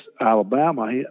Alabama